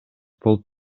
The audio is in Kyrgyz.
болуп